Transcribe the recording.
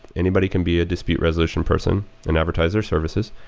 anybody can be a dispute resolution person and advertise their services